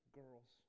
girls